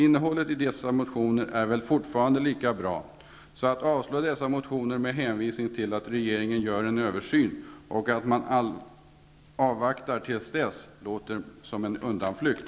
Innehållet i dessa motioner är väl fortfarande lika bra. Att avstyrka dessa motioner med hänvisning till att regeringen gör en översyn och att man avvaktar till dess låter som en undanflykt.